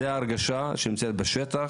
זו ההרגשה שנמצאת בשטח,